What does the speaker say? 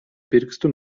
pirkstu